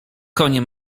konie